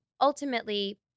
ultimately